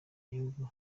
gihugu